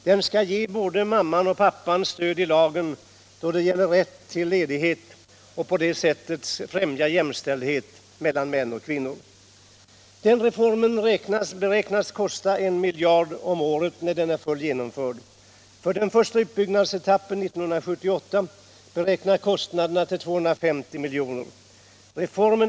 Den skall ge både mamman och pappan stöd i lagen då det gäller rätt till ledighet och på det sättet främja jämställdhet mellan kvinnor och män. Reformen beräknas kosta över 1 000 milj.kr. om året när den är fullt genomförd. För den första utbyggnadsetappen 1978 beräknas kostnaderna till ca 250 milj.kr.